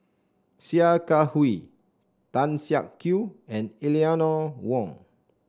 Sia Kah Hui Tan Siak Kew and Eleanor Wong